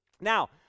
Now